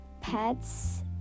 pets